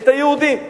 את היהודים.